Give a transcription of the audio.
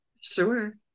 Sure